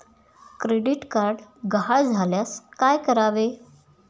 Credit card गहाळ झाल्यास काय करावे?